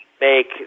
make